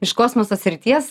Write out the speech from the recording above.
iš kosmoso srities